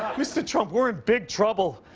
mr. trump, we're in big trouble.